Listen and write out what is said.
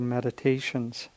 Meditations